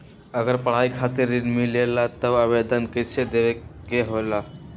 अगर पढ़ाई खातीर ऋण मिले ला त आवेदन कईसे देवे के होला?